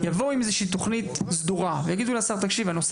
יבואו עם תכנית סדורה ויגידו לשר שהנושא